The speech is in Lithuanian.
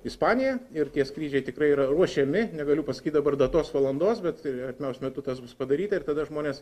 ispanija ir tie skrydžiai tikrai yra ruošiami negaliu pasakyt dabar datos valandos bet artimiausiu metu tas bus padaryta ir tada žmonės